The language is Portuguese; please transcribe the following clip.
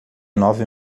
nove